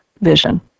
vision